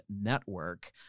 Network